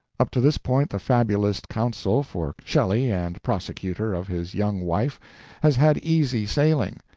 up to this point the fabulist counsel for shelley and prosecutor of his young wife has had easy sailing,